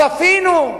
צפינו,